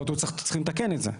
זאת אומרת, צריך לתקן את זה.